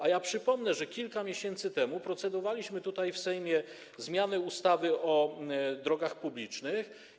A przypomnę, że kilka miesięcy temu procedowaliśmy tutaj w Sejmie nad zmianą ustawy o drogach publicznych.